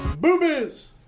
Boobies